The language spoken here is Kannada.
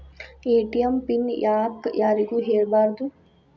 ಎ.ಟಿ.ಎಂ ಪಿನ್ ಯಾಕ್ ಯಾರಿಗೂ ಹೇಳಬಾರದು?